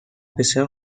بسیار